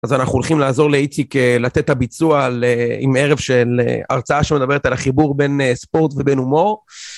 אז אנחנו הולכים לעזור לאיציק לתת הביצוע עם ערב של הרצאה שמדברת על החיבור בין ספורט ובין הומור.